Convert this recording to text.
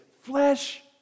flesh